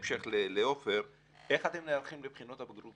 בהמשך לעפר, איך אתם נערכים לבחינות הבגרות?